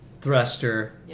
thruster